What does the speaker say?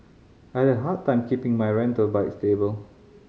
I had a hard time keeping my rental bike stable